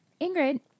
Ingrid